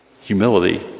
Humility